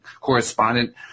correspondent